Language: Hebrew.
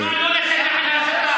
תקרא אותו לסדר על הסתה.